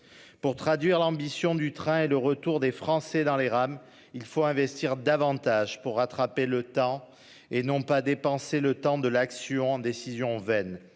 pour traduire l'ambition du train et le retour des Français dans les rames, il faut investir davantage pour rattraper le temps et non pas dépenser le temps de l'action décision.